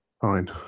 Fine